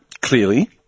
clearly